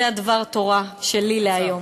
זה דבר התורה שלי להיום.